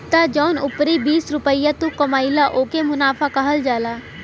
त जौन उपरी बीस रुपइया तू कमइला ओके मुनाफा कहल जाला